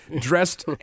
dressed